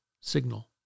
signal